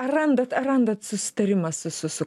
ar randat ar randat susitarimą su su su